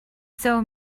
saw